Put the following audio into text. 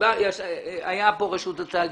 הייתה כאן רשות התאגידים,